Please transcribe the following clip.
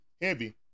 heavy